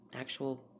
actual